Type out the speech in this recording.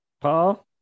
Paul